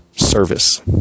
service